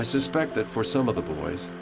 ah suspect that for some of the boys,